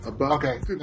Okay